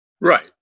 Right